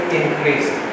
increased